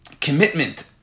commitment